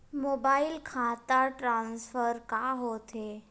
Mobile खाता transfer का होथे?